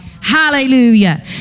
Hallelujah